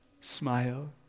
smile